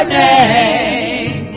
name